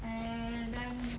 and I'm